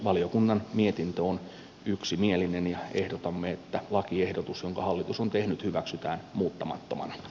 valiokunnan mietintö on yksimielinen ja ehdotamme että lakiehdotus jonka hallitus on tehnyt hyväksytään muuttamattomana